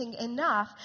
enough